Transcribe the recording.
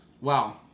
Wow